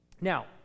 Now